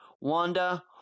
Wanda